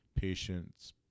patients